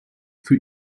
für